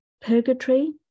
Purgatory